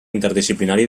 interdisciplinari